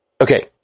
Okay